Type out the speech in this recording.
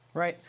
right.